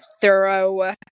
thorough